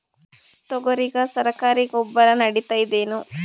ತೊಗರಿಗ ಸರಕಾರಿ ಗೊಬ್ಬರ ನಡಿತೈದೇನು?